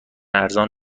ارزان